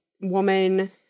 woman